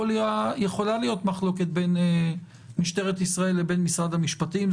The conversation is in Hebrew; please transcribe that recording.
יכולה להיות מחלוקת בין משטרת ישראל לבין משרד המשפטים,